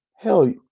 Hell